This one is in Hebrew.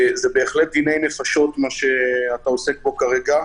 זה בהחלט דיני נפשות מה שאתה עושה כאן כרגע.